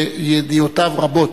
וידיעותיו רבות.